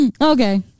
Okay